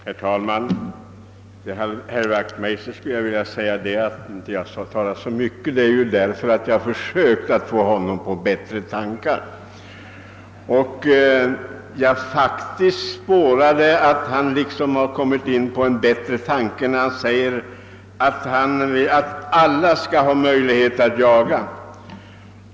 Herr talman! Till herr Wachtmeister vill jag säga att orsaken till att jag nu inte talat så mycket är att jag tidigare försökt få honom på bättre tankar. Jag tycker faktiskt också att jag kan spåra en sådan förbättring när han säger sig anse att alla skall ha möjligheter att jaga.